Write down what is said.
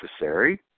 necessary